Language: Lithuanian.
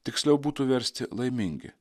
tiksliau būtų versti laimingi